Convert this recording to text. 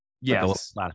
yes